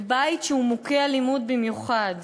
ובבית שהוא מוכה אלימות במיוחד,